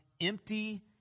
empty